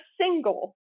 single